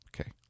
Okay